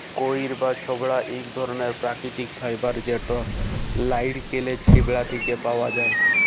কইর বা ছবড়া ইক ধরলের পাকিতিক ফাইবার যেট লাইড়কেলের ছিবড়া থ্যাকে পাউয়া যায়